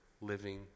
living